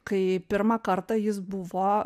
kai pirmą kartą jis buvo